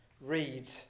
read